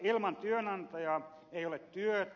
ilman työnantajaa ei ole työtä